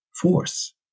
force